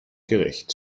gerecht